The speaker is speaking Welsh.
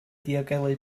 diogelu